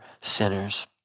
sinners